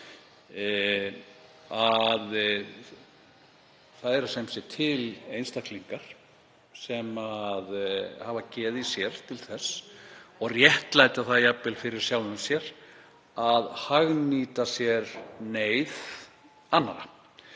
að það séu til einstaklingar sem hafa geð í sér til þess og réttlæta það jafnvel fyrir sjálfum sér að hagnýta sér neyð annarra.